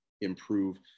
improve